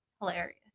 Hilarious